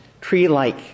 tree-like